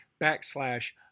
backslash